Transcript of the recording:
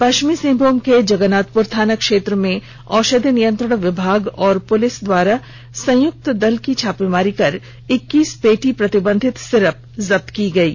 पश्चिमी सिंहभूम के जगन्नाथप्र थाना क्षेत्र में औषधि नियंत्रण विभाग और प्लिस के संयुक्त दल ने छापामारी कर इक्कीस पेटी प्रतिबधित सिरप जब्त किये हैं